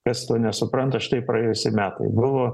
kas to nesupranta štai praėjusie metai buvo